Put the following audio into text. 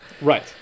Right